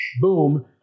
boom